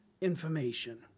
information